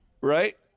Right